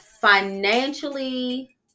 financially